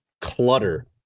clutter